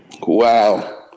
Wow